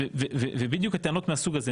אלה בדיוק הטענות מהסוג הזה,